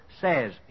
says